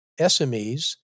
SMEs